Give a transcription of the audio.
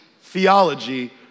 theology